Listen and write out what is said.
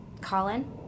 Colin